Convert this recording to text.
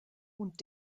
und